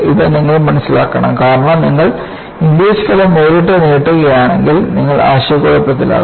ഇത് നിങ്ങൾ മനസ്സിലാക്കണം കാരണം നിങ്ങൾ ഇംഗ്ലിസ് ഫലം നേരിട്ട് നീട്ടുകയാണെങ്കിൽ നിങ്ങൾ ആശയക്കുഴപ്പത്തിലാകും